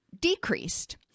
decreased